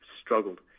struggled